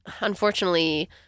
unfortunately